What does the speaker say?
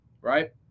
right